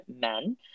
men